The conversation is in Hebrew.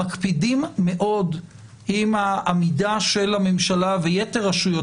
מקפידים מאוד עם העמידה של הממשלה ויתר רשויות